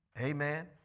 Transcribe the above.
Amen